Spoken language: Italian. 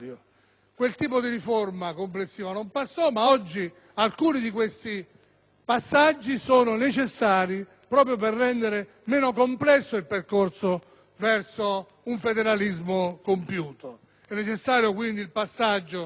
Quel tipo di riforma complessiva non passò, ma oggi alcuni di questi passaggi sono necessari, proprio per rendere meno complesso il percorso verso un federalismo compiuto. È necessaria quindi una